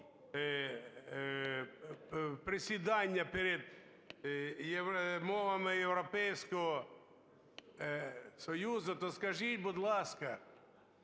присідання перед мовами Європейського Союзу, то скажіть, будь ласка,